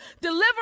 Deliver